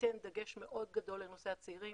תיתן דגש מאוד גדול לנושא הצעירים.